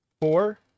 Four